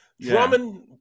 Drummond